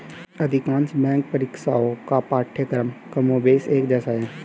अधिकांश बैंक परीक्षाओं का पाठ्यक्रम कमोबेश एक जैसा है